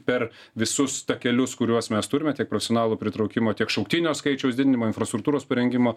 per visus takelius kuriuos mes turime tiek personalų pritraukimą tiek šauktinių skaičiaus didinimą infrastruktūros parengimą